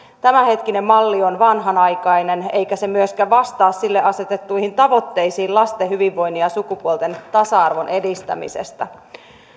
tämänhetkinen malli on vanhanaikainen eikä se myöskään vastaa sille asetettuihin tavoitteisiin lasten hyvinvoinnin ja sukupuolten tasa arvon edistämisestä